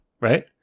right